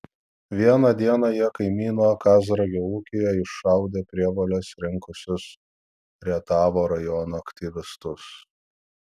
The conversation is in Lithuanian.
vieną dieną jie kaimyno kazragio ūkyje iššaudė prievoles rinkusius rietavo rajono aktyvistus